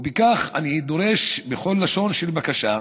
ולכן, אני דורש, בכל לשון של בקשה,